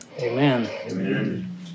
Amen